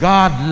God